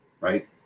right